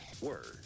word